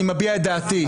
אני מביע את דעתי.